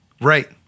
Right